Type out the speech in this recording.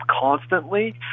constantly